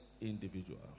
individual